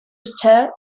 starred